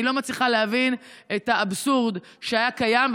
אני לא מצליחה להבין את האבסורד שהיה קיים,